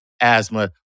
asthma